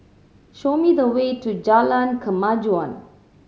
show me the way to Jalan Kemajuan